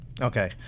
Okay